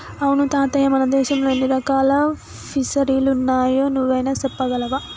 అవును తాతయ్య మన దేశంలో ఎన్ని రకాల ఫిసరీలున్నాయో నువ్వైనా సెప్పగలవా